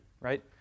right